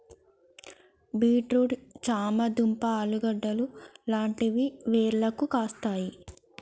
beet root చామ దుంప ఆలుగడ్డలు లాంటివి వేర్లకు కాస్తాయి